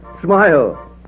Smile